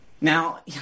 Now